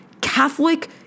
Catholic